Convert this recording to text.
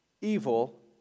evil